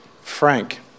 Frank